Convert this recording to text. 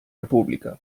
república